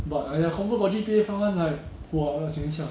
but !aiya! confirm got G_P_A fund [one] like !wah! 那形象